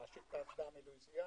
להשיט את האסדה מלואיזיאנה,